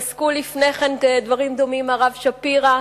פסק לפני כן דברים דומים הרב שפירא,